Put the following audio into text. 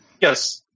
Yes